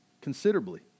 considerably